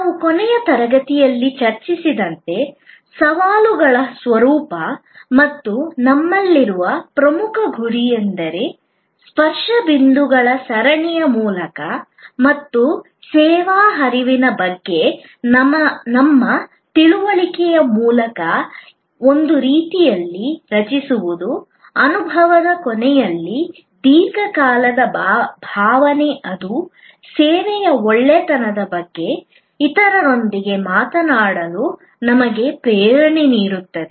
ನಾವು ಕೊನೆಯ ತರಗತಿಯಲ್ಲಿ ಚರ್ಚಿಸಿದಂತೆ ಸವಾಲುಗಳ ಸ್ವರೂಪ ಮತ್ತು ನಮ್ಮಲ್ಲಿರುವ ಪ್ರಮುಖ ಗುರಿಯೆಂದರೆ ಸ್ಪರ್ಶ ಬಿಂದುಗಳ ಸರಣಿಯ ಮೂಲಕ ಮತ್ತು ಸೇವಾ ಹರಿವಿನ ಬಗ್ಗೆ ನಮ್ಮ ತಿಳುವಳಿಕೆಯ ಮೂಲಕ ಒಂದು ರೀತಿಯಲ್ಲಿ ರಚಿಸುವುದು ಅನುಭವದ ಕೊನೆಯಲ್ಲಿ ದೀರ್ಘಕಾಲದ ಭಾವನೆ ಅದು ಸೇವೆಯ ಒಳ್ಳೆಯತನದ ಬಗ್ಗೆ ಇತರರೊಂದಿಗೆ ಮಾತನಾಡಲು ನಮಗೆ ಪ್ರೇರಣೆ ನೀಡುತ್ತದೆ